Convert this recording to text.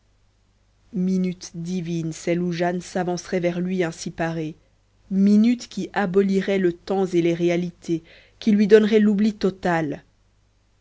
minute divine celle où jane s'avancerait vers lui ainsi parée minute qui abolirait le temps et les réalités qui lui donnerait l'oubli total